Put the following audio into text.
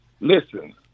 listen